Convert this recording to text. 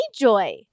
joy